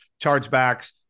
chargebacks